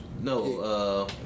no